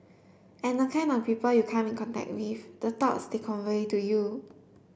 and the kind of people you come in contact with the thought they convey to you